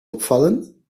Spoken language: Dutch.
opvallen